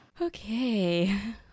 Okay